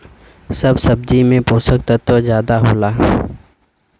सब सब्जी में पोसक तत्व जादा होला